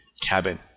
cabin